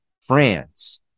France